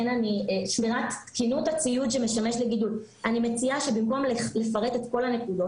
שמירת תקינות הציוד שמשמש לגידול: אני מציע במקום לפרט את כל הנקודות,